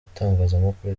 bitangazamakuru